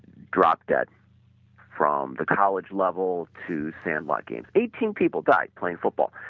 dropped at from the college level to sandlot games, eighteen people died playing football.